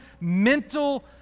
mental